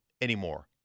anymore